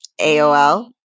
AOL